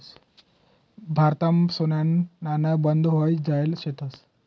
भारतमा सोनाना नाणा बंद व्हयी जायेल शेतंस